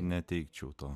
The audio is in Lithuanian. neteikčiau to